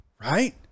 Right